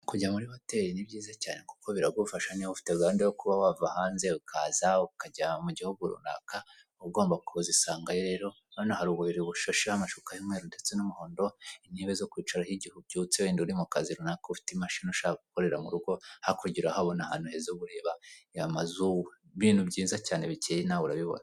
Kujya muri hoteri ni byiza cyane kuko biragufasha niba ufite gahunda yo kuba wava hanze ukaza ukajya mu gihugu runaka, uba ugomba kuzisangayo rero, urabona hari uburi bushasheho amashuka y'umweru ndetse n'umuhondo, intebe zo kwicaraho igihe ubyutse wenda uri mu kazi runaka ufite imashini ushaka gukorera mu rugo, hakurya urahabona ahantu heza uba ureba, amazu, ibintu byiza cyane bikeye nawe urabibona.